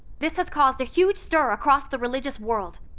this has caused a huge stir across the religious world.